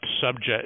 subject –